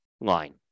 line